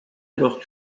alors